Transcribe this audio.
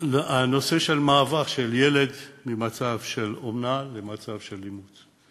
בנושא של מעבר של ילד ממצב של אומנה למצב של אימוץ,